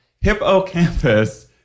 hippocampus